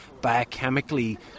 biochemically